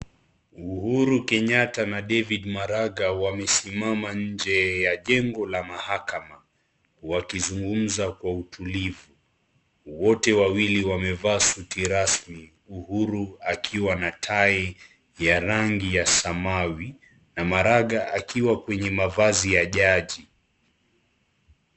Uhuru Kenyatta na David Maraga wamesimama nje ya jengo la mahakama, wakizungumza kwa utulivu. Wote wawili, wamevaa suti rasmi. Uhuru akiwa na tai ya rangi samawi na Maraga akiwa kwenye mavazi ya jaji.